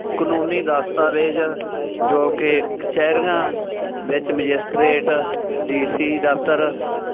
ਕਾਨੂੰਨੀ ਦਸਤਾਵੇਜ਼ ਜੋ ਕਿ ਕਚਹਿਰੀਆਂ ਵਿੱਚ ਮਜਿਸਟਰੇਟ ਡੀਸੀ ਦਫਤਰ